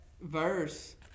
verse